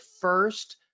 first